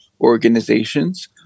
organizations